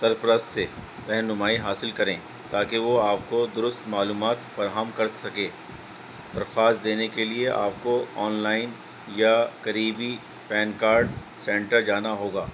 سرپرست سے رہنمائی حاصل کریں تاکہ وہ آپ کو درست معلومات فراہم کر سکےخاص دینے کے لیے آپ کو آن لائن یا قریبی پین کارڈ سینٹر جانا ہوگا